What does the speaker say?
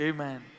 Amen